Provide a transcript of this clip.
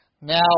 Now